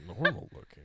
Normal-looking